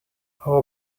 how